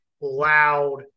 loud